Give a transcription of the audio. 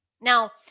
Now